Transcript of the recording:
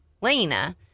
Lena